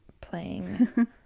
playing